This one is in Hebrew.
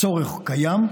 הצורך קיים.